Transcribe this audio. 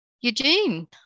Eugene